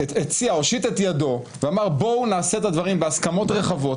הושיט את ידו ואמר: בואו נעשה את הדברים בהסכמות רחבות,